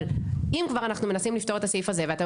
אבל אם כבר אנחנו מנסים לפתור את הסעיף הזה ואתם